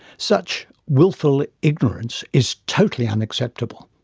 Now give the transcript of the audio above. such wilful ignorance is totally unacceptable.